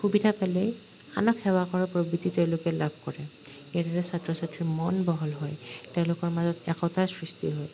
সুবিধা পালেই আনক সেৱা কৰাৰ প্ৰবৃত্তি তেওঁলোকে লাভ কৰে এইদৰেই ছাত্ৰ ছাত্ৰীৰ মন বহল হয় তেওঁলোকৰ মাজত একতাৰ সৃষ্টি হয়